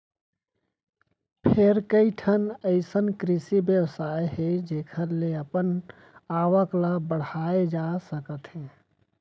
फेर कइठन अइसन कृषि बेवसाय हे जेखर ले अपन आवक ल बड़हाए जा सकत हे